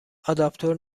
آداپتور